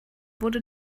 wurde